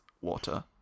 water